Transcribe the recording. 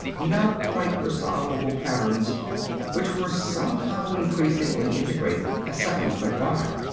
not-quite-resolvable patterns which were somehow increasingly integrated as seconds went by.